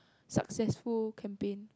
successful campaign